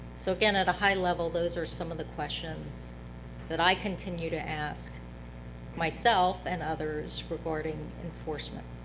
so again, at a high level, those are some of the questions that i continue to ask myself and others regarding enforcement.